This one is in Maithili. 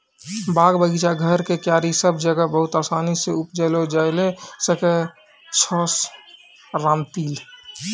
बाग, बगीचा, घर के क्यारी सब जगह बहुत आसानी सॅ उपजैलो जाय ल सकै छो रामतिल